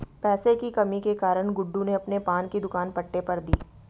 पैसे की कमी के कारण गुड्डू ने अपने पान की दुकान पट्टे पर दी